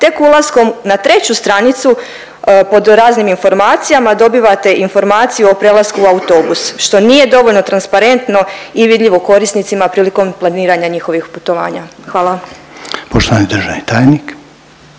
tek ulaskom na treću stranicu pod raznim informacijama dobivate informaciju o prelasku u autobus što nije dovoljno transparentno i vidljivo korisnicima prilikom planiranja njihovih putovanja. Hvala. **Reiner, Željko